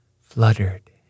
fluttered